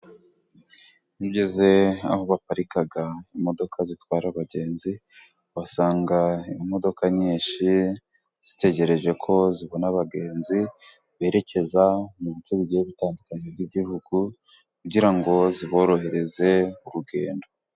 Iyo ugeze aho baparika imodoka zitwara abagenzi, uhasanga imodoka nyinshi, zitegereje ko zibona abagenzi berekeza mu bice bigiyemo bitandukanye by'igihugu, kugira ngo ziborohereze urugendo.